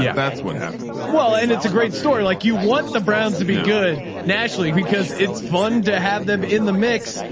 yeah that's what happened. well, and it's a great story. like you want the brands to be good naturally because it's fun to have them in the mix,